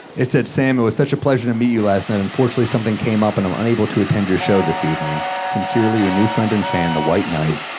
it said, sam, it was such a pleasure to meet you last night. unfortunately, something came up, and i'm unable to attend your show this evening. sincerely, your new friend and fan, the white knight.